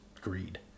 greed